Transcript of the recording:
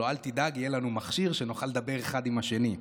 אל תדאג, יהיה לנו מכשיר שנוכל לדבר אחד עם השני.